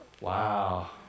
Wow